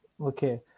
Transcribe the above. Okay